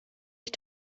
ich